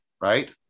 Right